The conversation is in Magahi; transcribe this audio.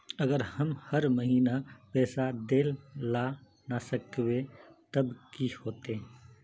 अगर हम हर महीना पैसा देल ला न सकवे तब की होते?